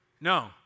No